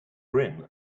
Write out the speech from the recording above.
grin